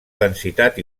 densitat